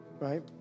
right